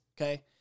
Okay